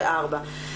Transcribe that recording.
ו-2024.